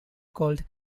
called